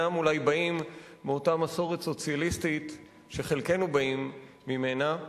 אינם באים מאותה מסורת סוציאליסטית שחלקנו באים ממנה.